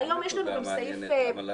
היום יש לנו גם סעיף בתקנון